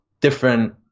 different